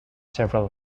several